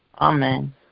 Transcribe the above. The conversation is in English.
Amen